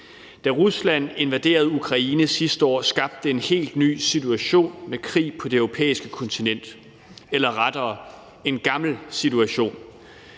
Da Rusland invaderede Ukraine sidste år, skabte det en helt ny situation med krig på det europæiske kontinent – eller rettere: en gammel situation.